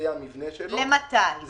למתי?